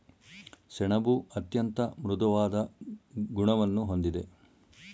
ಸೆಣಬು ಅತ್ಯಂತ ಮೃದುವಾದ ಗುಣವನ್ನು ಹೊಂದಿದೆ